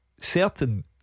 certain